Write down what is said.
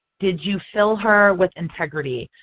did you fill her with integrity?